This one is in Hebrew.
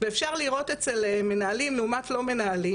ואפשר לראות אצל מנהלים לעומת לא מנהלים